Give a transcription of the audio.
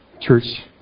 church